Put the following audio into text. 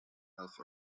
ralph